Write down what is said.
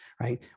right